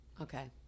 Okay